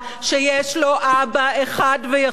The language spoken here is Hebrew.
שיש לו אבא אחד ויחיד,